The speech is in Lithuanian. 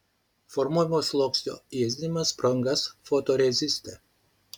formuojamo sluoksnio ėsdinimas pro angas fotoreziste